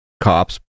cops